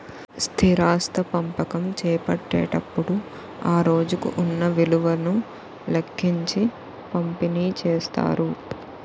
స్థిరాస్తి పంపకం చేపట్టేటప్పుడు ఆ రోజుకు ఉన్న విలువను లెక్కించి పంపిణీ చేస్తారు